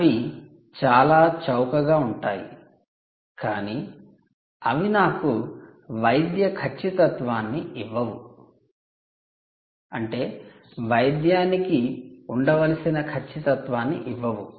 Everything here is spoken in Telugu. అవి చాలా చౌకగా ఉంటాయి కాని అవి నాకు వైద్య ఖచ్చితత్వాన్ని ఇవ్వవు